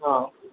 हाँ